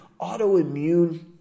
autoimmune